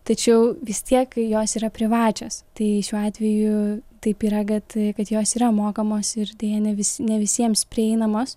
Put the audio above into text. tačiau vis tiek jos yra privačios tai šiuo atveju taip yra kad kad jos yra mokamos ir deja ne visi ne visiems prieinamos